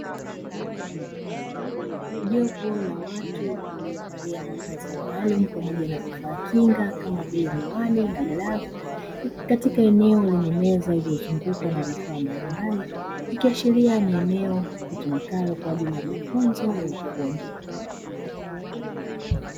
Jopo la watu waliovalia mavazi maalumu pamoja na vifaa kinga kama vile miwani na glovzi, katika eneo lenye meza iliyozungukwa na vifaa mbalimbali, ikiashiria ni eneo litumikalo kwa ajili ya mafunzo ya ufundi.